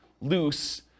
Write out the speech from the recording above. loose